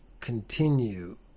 continue